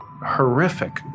horrific